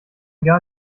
gar